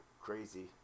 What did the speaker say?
crazy